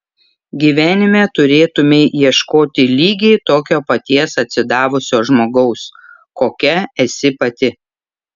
gyvenime turėtumei ieškoti lygiai tokio paties atsidavusio žmogaus kokia esi pati